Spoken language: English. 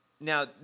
now